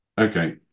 okay